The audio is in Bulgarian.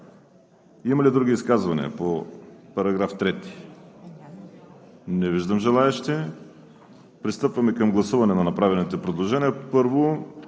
Има ли други изказвания по § 3? Не виждам желаещи. Пристъпваме към гласуване на направените предложения. Първо